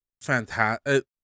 fantastic